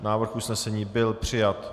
Návrh usnesení byl přijat.